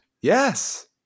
Yes